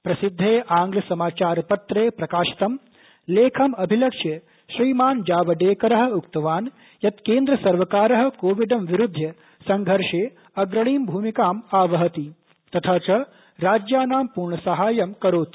प्रसिद्धे आङ्ग्लसमाचारपत्रे प्रकाशितं लेखम अभिलक्ष्य श्रीमान जावडेकरः उक्तवान यत केन्द्रसर्वकारः कोविडं विरूध्य सङ्घर्षे अग्रणी भूमिकाम आवहति तथा च राज्यानां पूर्णसाहाय्यं करोति